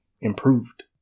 improved